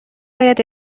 باید